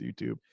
YouTube